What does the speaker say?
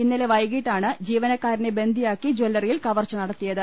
ഇന്നലെ വൈകീട്ടാണ് ജീവ നക്കാരനെ ബന്ദിയാക്കി ജല്ലറിയിൽ കവർച്ച നടത്തിയത്